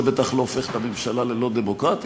זה בטח לא הופך את הממשלה ללא דמוקרטית.